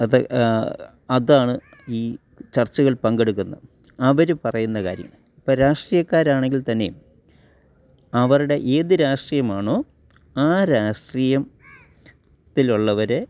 അത് അതാണ് ഈ ചർച്ചകളിൽ പങ്കെടുക്കുന്ന അവർ പറയുന്ന കാര്യങ്ങൾ ഇപ്പം രാഷ്ട്രീയക്കാരാണെങ്കിൽ തന്നെയും അവരുടെ ഏത് രാഷ്ട്രീയമാണോ ആ രാഷ്ട്രീയം ത്തിലുള്ളവർ